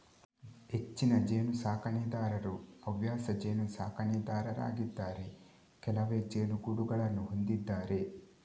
ಹೆಚ್ಚಿನ ಜೇನು ಸಾಕಣೆದಾರರು ಹವ್ಯಾಸ ಜೇನು ಸಾಕಣೆದಾರರಾಗಿದ್ದಾರೆ ಕೆಲವೇ ಜೇನುಗೂಡುಗಳನ್ನು ಹೊಂದಿದ್ದಾರೆ